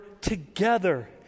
together